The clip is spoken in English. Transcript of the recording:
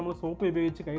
ah soap into